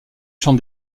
champ